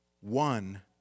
one